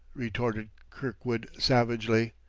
retorted kirkwood savagely,